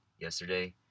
yesterday